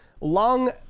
long